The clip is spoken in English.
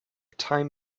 time